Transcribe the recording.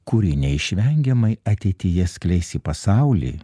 kuri neišvengiamai ateityje skleis į pasaulį